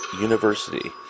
University